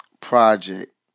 project